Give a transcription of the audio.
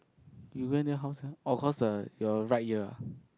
you went then how sia orh cause the your right ear ah